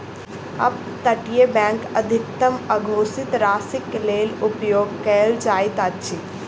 up तटीय bank अधिकतम अघोषित राशिक लेल उपयोग कयल जाइत अछि